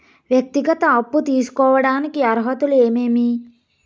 వ్యక్తిగత అప్పు తీసుకోడానికి అర్హతలు ఏమేమి